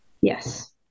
Yes